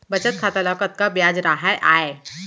बचत खाता ल कतका ब्याज राहय आय?